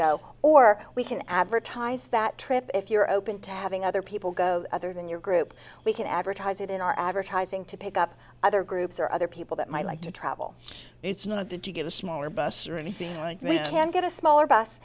go or we can advertise that trip if you're open to having other people go other than your group we can advertise it in our advertising to pick up other groups or other people that might like to travel it's not a did you get a smaller bus or anything we can get a smaller bus